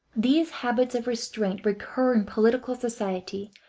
these habits of restraint recur in political society,